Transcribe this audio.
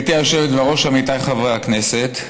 גברתי היושבת בראש, עמיתיי חברי הכנסת,